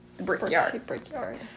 brickyard